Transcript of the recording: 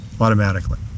automatically